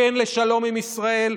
כן לשלום עם ישראל,